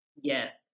Yes